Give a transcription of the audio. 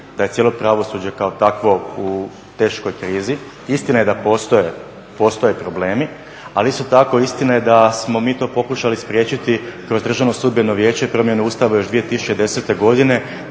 da je cijelo pravosuđe kao takvo teškoj krizi. Istina je da postoje problemi, ali isto tako istina je da smo mi to pokušali spriječiti kroz državno sudbeno vijeće i promjenu Ustava još 2010. godine